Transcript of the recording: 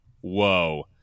whoa